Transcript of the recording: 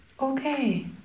Okay